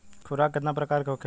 खुराक केतना प्रकार के होखेला?